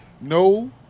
No